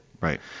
Right